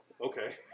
okay